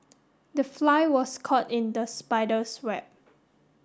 the fly was caught in the spider's web